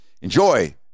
Enjoy